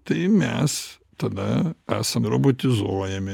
tai mes tada esam robotizuojami